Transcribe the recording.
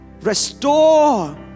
restore